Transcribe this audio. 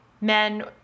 men